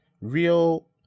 real